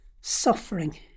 suffering